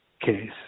case